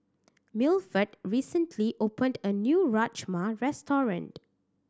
Milford recently opened a new Rajma Restaurant